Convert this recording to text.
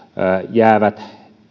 jäävät